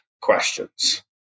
questions